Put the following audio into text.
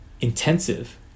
intensive